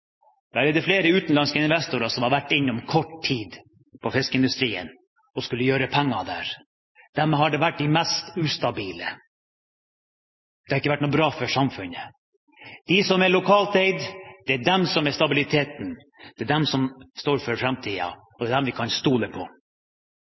er det flere utenlandske investorer som har vært innom en kort tid i fiskeindustrien for å gjøre penger der. De har vært de mest ustabile. Det har ikke vært noe bra for samfunnet. De er de som er lokalt eid, som er stabiliteten. Det er de som står for framtiden, og